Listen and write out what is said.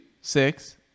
six